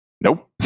Nope